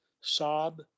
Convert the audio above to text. sob